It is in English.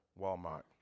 Walmart